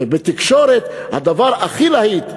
ובתקשורת הדבר הכי להיט,